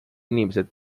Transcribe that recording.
inimesed